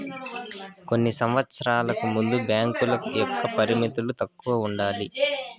కొన్ని సంవచ్చరాలకు ముందు బ్యాంకుల యొక్క పరిమితులు తక్కువ ఉండాలి